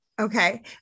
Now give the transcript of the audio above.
Okay